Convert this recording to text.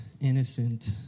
innocent